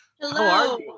hello